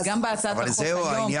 גם בהצעת החוק היום --- אבל זה העניין,